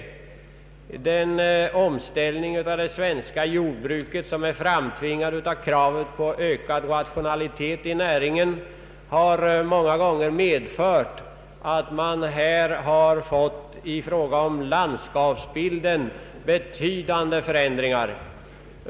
Den omställning av det svenska jordbruket som är framtvingad av kravet på ökad rationalisering har många gånger medfört att landskapsbilden betydligt förändrats.